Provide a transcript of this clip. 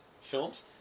films